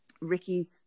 ricky's